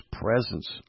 presence